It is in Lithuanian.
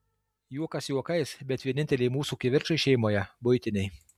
juokas juokais bet vieninteliai mūsų kivirčai šeimoje buitiniai